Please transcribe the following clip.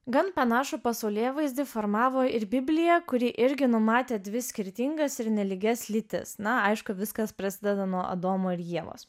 gan panašų pasaulėvaizdį formavo ir biblija kuri irgi numatė dvi skirtingas ir nelygias lytis na aišku viskas prasideda nuo adomo ir ievos